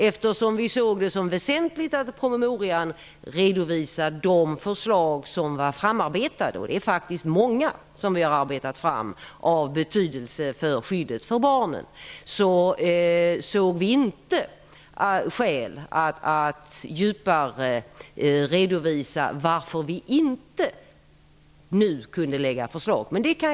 Eftersom vi såg det som väsentligt att i promemorian redovisa de förslag som var framarbetade -- och vi har faktiskt framarbetat många förslag av betydelse till skydd för barnen -- fann vi inga skäl att djupare redovisa varför vi inte då kunde lägga fram ett förslag.